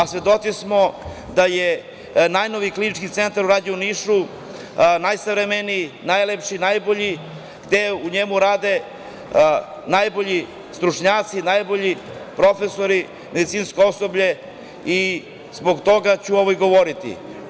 Svedoci smo da je najnoviji Klinički centar urađen u Nišu, najsavremeniji, najlepši, najbolji, gde u njemu rade najbolji stručnjaci, najbolji profesori, medicinsko osoblje i zbog toga ću ovo i govoriti.